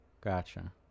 Gotcha